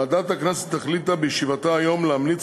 ועדת הכנסת החליטה בישיבתה היום להמליץ